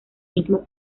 mismo